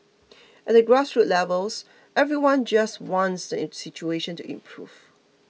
at the grassroots levels everyone just wants the situation to improve